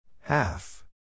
Half